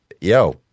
yo-